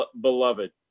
beloved